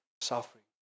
suffering